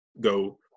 go